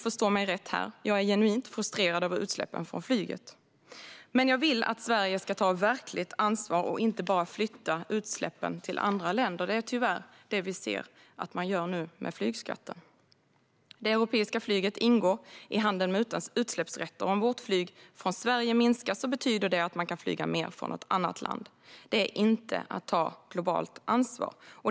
Förstå mig rätt: Jag är genuint frustrerad över utsläppen från flyget, men jag vill att Sverige ska ta verkligt ansvar och inte bara flytta utsläppen till andra länder. Det är tyvärr det vi ser att man nu gör med flygskatten. Det europeiska flyget ingår i handeln med utsläppsrätter. Om vårt flyg från Sverige minskar betyder det att man kan flyga mer från något annat land, och det är inte att ta globalt ansvar.